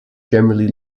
generally